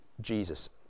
Jesus